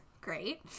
Great